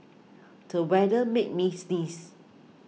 the weather made me sneeze